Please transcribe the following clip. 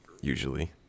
usually